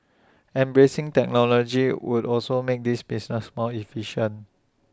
embracing technology would also make this business more efficient